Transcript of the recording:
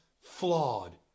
flawed